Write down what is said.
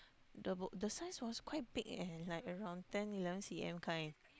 the b~ the size was quite big eh like around ten eleven C_M kind